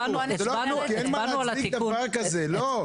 הצבענו על התיקון של המצב.